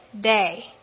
day